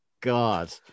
God